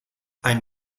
ein